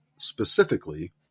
specifically